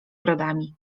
brodami